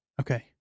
Okay